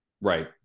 Right